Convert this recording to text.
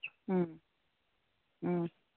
ꯎꯝ ꯎꯝ